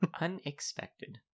Unexpected